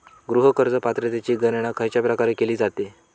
गृह कर्ज पात्रतेची गणना खयच्या प्रकारे केली जाते?